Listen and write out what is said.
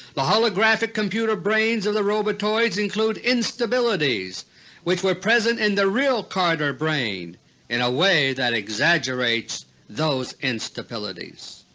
the holographic computer brains of the robotoids include instabilities which were present in the real carter brain in a way that exaggerates those instabilities.